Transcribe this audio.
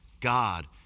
God